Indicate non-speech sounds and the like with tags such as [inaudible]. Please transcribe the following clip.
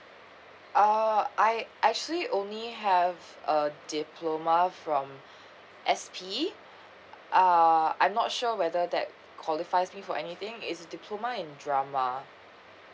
uh I actually only have a diploma from [breath] S_P uh I'm not sure whether that qualifies me for anything it's a diploma in drama